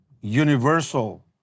universal